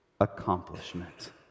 accomplishment